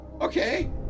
Okay